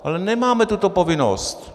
Ale nemáme tuto povinnost!